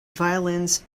violins